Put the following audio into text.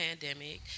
pandemic